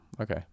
okay